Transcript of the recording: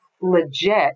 legit